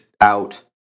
out